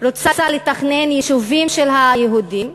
רוצה לתכנן יישובים של היהודים,